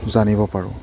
জানিব পাৰোঁ